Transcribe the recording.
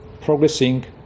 progressing